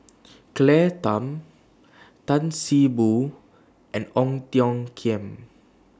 Claire Tham Tan See Boo and Ong Tiong Khiam